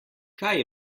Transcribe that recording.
kaj